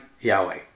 Yahweh